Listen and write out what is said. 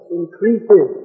increases